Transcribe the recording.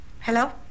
Hello